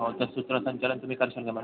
हो तर सूत्रसंचालन तुम्ही कराल नं मॅडम